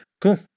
cool